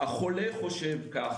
גם החולה חושב כך,